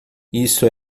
isso